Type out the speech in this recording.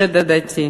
שד עדתי.